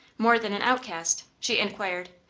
more than an outcast? she enquired.